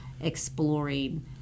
exploring